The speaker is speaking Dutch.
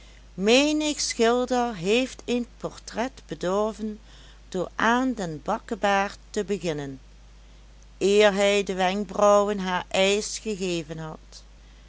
menig schilder heeft een portret bedorven door aan den bakkebaard te beginnen eer hij de wenkbrauwen haar eisch gegeven had